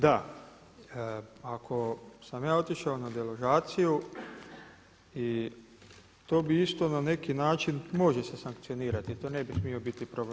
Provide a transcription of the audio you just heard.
Da, ako sam ja otišao na deložaciju i to bi isto na neki način može se sankcionirati i to ne bi smio biti problem.